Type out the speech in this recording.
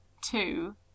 two